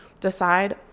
Decide